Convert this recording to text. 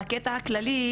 באופן כללי,